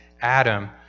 Adam